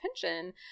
pension